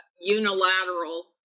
unilateral